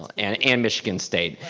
and and michigan state.